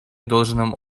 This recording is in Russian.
должным